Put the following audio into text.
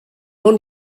ond